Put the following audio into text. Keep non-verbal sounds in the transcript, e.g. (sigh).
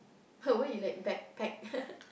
but why you like backpack (laughs)